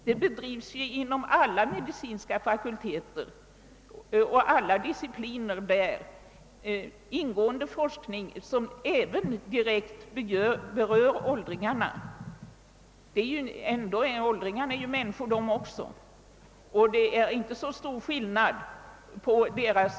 Det bedrivs ju inom alla medicinska fakulteter och discipliner en ingående forskning, som även direkt berör åldringarna. Också åldringarna är ju människor och deras organ uppvisar inte så stora skillnader i förhållande till de yngres.